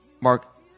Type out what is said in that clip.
Mark